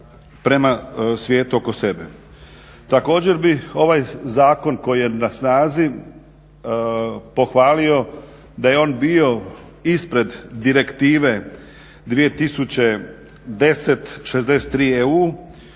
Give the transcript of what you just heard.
prema svijetu oko sebe. Također bih ovaj zakon koji je na snazi pohvalio da je on bio ispred Direktive 2010/63 EU